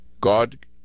God